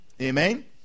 Amen